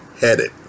headed